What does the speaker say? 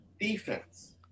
defense